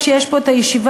כשיש פה ישיבה,